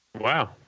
Wow